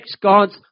God's